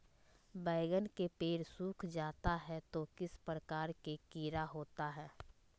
बैगन के पेड़ सूख जाता है तो किस प्रकार के कीड़ा होता है?